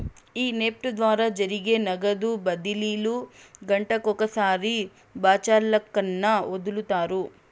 ఈ నెఫ్ట్ ద్వారా జరిగే నగదు బదిలీలు గంటకొకసారి బాచల్లక్కన ఒదులుతారు